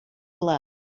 blood